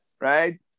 right